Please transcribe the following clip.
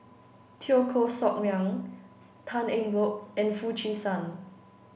Teo Koh Sock Miang Tan Eng Bock and Foo Chee San